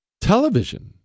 television